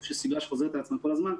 כאשר יש סדרה שחוזרת על עצמה כל הזמן.